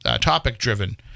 topic-driven